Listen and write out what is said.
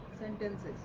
sentences